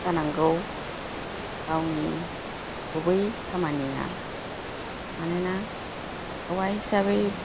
जानांगौ गावनि गुबै खामानिया मानोना हौवा हिसाबै